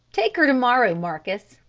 take her to-morrow, marcus.